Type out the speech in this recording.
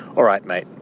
all right mate,